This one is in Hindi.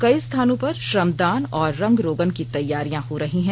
कई स्थानों पर श्रमदान और रंग रोगन की तैयारियां हो रही हैं